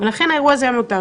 לכן האירוע הזה היה מיותר.